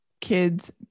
kids